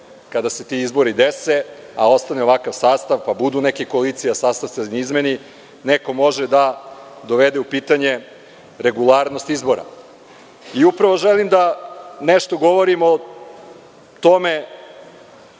kada se ti izbori dese, a ostane ovakav sastav, pa budu neke koalicije, a sastav se izmeni, neko može da dovede u pitanje regularnost izbora. Upravo želim da nešto govorim o tome